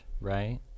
right